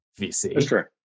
VC